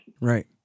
Right